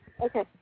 Okay